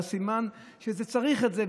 סימן שצריך את זה,